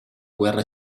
guerra